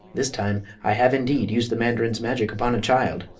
this time i have indeed used the mandarin's magic upon a child,